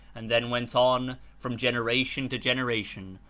and then went on from generation to generation,